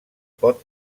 pot